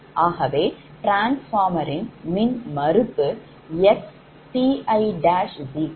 ஆகவே ட்ரான்ஸ்ஃபார்மர் மின்மறுப்பு xTi0